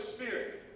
Spirit